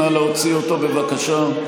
נא להוציא אותו, בבקשה.